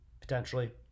potentially